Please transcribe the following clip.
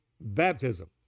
baptism